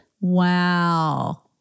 Wow